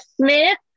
Smith